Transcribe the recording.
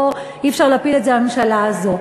אי-אפשר להפיל את זה על הממשלה הזאת,